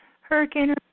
Hurricane